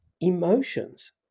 emotions